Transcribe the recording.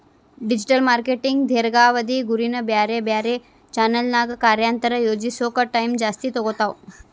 digital marketing ದೇರ್ಘಾವಧಿ ಗುರಿನ ಬ್ಯಾರೆ ಬ್ಯಾರೆ ಚಾನೆಲ್ನ್ಯಾಗ ಕಾರ್ಯತಂತ್ರ ಯೋಜಿಸೋಕ ಟೈಮ್ ಜಾಸ್ತಿ ತೊಗೊತಾವ